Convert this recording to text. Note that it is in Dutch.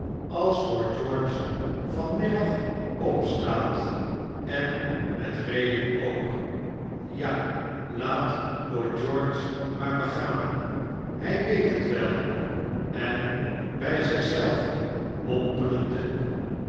als lord george van middag opstaat en met reden ook ja laat lord george maar begaan hij weet het wel en bij zich zelven mompelende